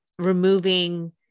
removing